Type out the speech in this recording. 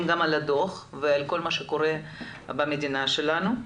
על הדו"ח ועל כל מה שקורה במדינה שלנו.